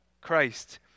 Christ